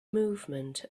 movement